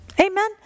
Amen